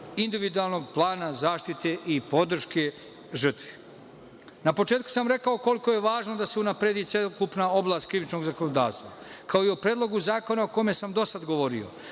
individualnog plana zaštite i podrške žrtvi. Na početku sam rekao koliko je važno da se unapredi celokupna oblast krivičnog zakonodavstva, kao i o predlogu zakona o kojem sam do sada govorio.